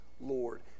lord